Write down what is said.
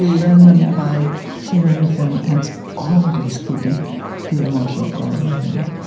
learn them by hearing them and always keeping the emotional quality there